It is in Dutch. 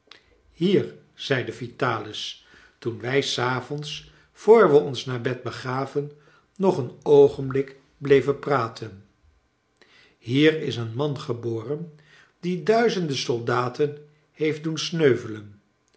hier zeide vitalis toen wij s avonds vr we ons naar bed begaven nog een oogenblik bleven praten hier is een man geboren die duizenden soldaten heeft doen sneuvelen